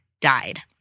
died